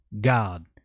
God